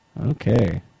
Okay